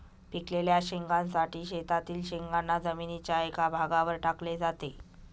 पिकलेल्या शेंगांसाठी शेतातील शेंगांना जमिनीच्या एका भागावर टाकले जाते